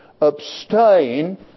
abstain